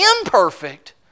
imperfect